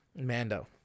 Mando